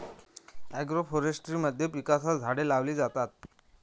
agroforestry मध्ये पिकांसह झाडे लावली जातात